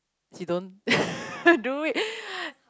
she don't do it